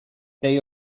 they